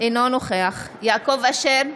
אינו נוכח יעקב אשר,